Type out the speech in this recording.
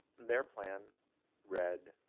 their plan read,